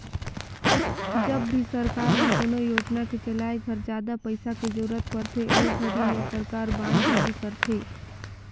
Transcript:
जब भी सरकार ल कोनो योजना के चलाए घर जादा पइसा के जरूरत परथे ओ घरी में सरकार बांड जारी करथे